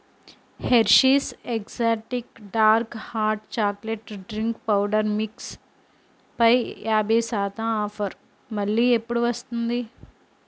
Hershey's exotic dark hot chocolate drink powder mix పై యాభై శాతం ఆఫర్ మళ్ళీ ఎప్పుడు వస్తుంది